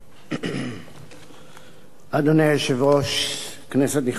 אדוני היושב-ראש, כנסת נכבדה,